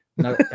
No